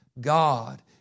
God